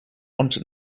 und